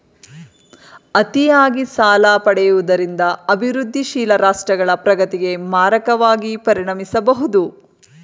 ಅತಿಯಾಗಿ ಸಾಲ ಪಡೆಯುವುದರಿಂದ ಅಭಿವೃದ್ಧಿಶೀಲ ರಾಷ್ಟ್ರಗಳ ಪ್ರಗತಿಗೆ ಮಾರಕವಾಗಿ ಪರಿಣಮಿಸಬಹುದು